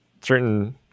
certain